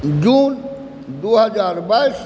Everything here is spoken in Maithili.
जून दू हजार बाइस